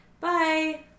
Bye